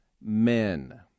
men